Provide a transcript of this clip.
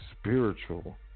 spiritual